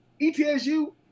ETSU